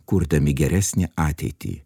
kurdami geresnę ateitį